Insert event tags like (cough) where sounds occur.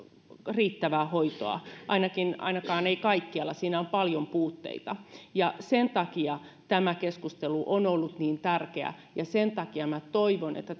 riittävää hoitoa ainakaan eivät kaikkialla siinä on paljon puutteita sen takia tämä keskustelu on ollut niin tärkeä ja sen takia toivon että (unintelligible)